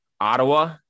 Ottawa